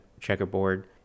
checkerboard